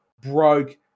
broke